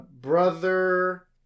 brother